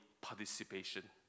participation